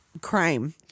crime